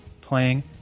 playing